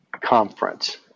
conference